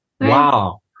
Wow